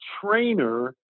trainer